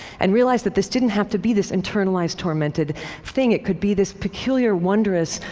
and realized that this didn't have to be this internalized, tormented thing. it could be this peculiar, wondrous,